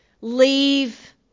Leave